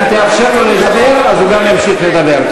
אם תאפשר לו לדבר אז הוא גם ימשיך לדבר.